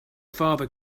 father